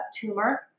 tumor